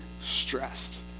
stressed